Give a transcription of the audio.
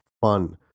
fun